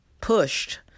pushed